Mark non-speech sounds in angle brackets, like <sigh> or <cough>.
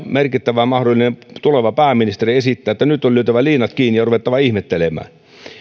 <unintelligible> merkittävä mahdollinen tuleva pääministeri esittää että nyt on lyötävä liinat kiinni ja ruvettava ihmettelemään